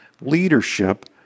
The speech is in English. leadership